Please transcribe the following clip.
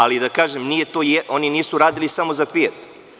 Ali, da kažem, oni nisu radili samo za „Fijat“